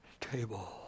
table